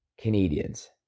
Canadians